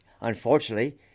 Unfortunately